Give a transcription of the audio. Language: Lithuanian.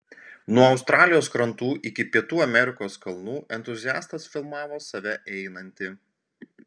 nuo australijos krantų iki pietų amerikos kalnų entuziastas filmavo save einantį